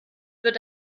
wird